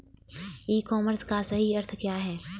ई commerce का सही अर्थ क्या है?